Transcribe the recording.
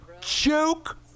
Joke